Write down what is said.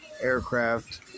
aircraft